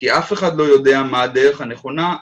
כי אף אחד לא יודע מה הדרך הנכונה.